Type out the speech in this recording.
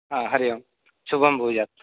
हा हरि ओम् शुभं भूयात्